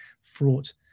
fraught